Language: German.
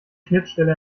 schnittstelle